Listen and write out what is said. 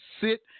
sit